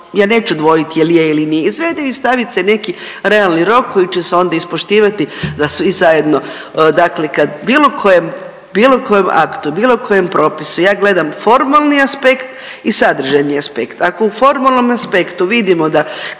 ja neću dvojiti jel je ili nije izvediv i stavit se neki realni rok koji će se onda ispoštivati da svi zajedno, dakle kad bilo koje, bilo kojem aktu, bilo kojem propisu ja gledam formalni aspekt i sadržajni aspekt. Ako u formalnom aspektu vidimo da